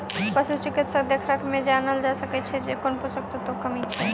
पशु चिकित्सकक देखरेख मे ई जानल जा सकैत छै जे कोन पोषण तत्वक कमी छै